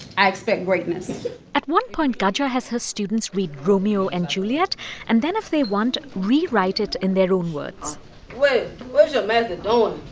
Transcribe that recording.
i expect greatness at one point, gudger has her students read romeo and juliet and then, if they want, rewrite it in their own words what's your master doing?